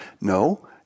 No